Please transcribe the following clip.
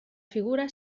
figura